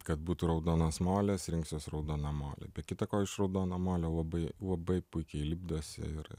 kad būtų raudonas molis rinksiuos raudona molį be kita ko iš raudono molio labai labai puikiai lipdosi ir